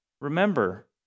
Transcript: remember